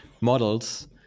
models